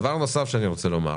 דבר נוסף שאני רוצה לומר,